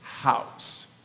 house